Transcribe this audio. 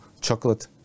chocolate